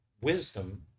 wisdom